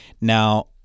now